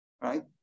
right